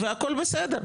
והכל בסדר.